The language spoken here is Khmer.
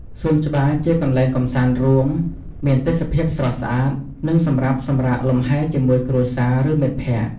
សួនច្បារជាកន្លែងកំសាន្តរួម មានទេសភាពស្រស់ស្អាត និង សម្រាប់សម្រាកលំហែជាមួយគ្រួសារ ឬ មិត្តភក្តិ។